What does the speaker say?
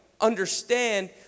understand